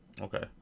Okay